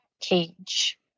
cage